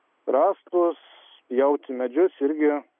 rąstus pjauti medžius irgi